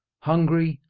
hungry,